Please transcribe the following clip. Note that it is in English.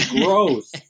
gross